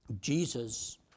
Jesus